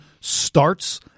starts